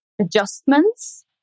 adjustments